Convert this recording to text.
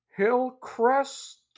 Hillcrest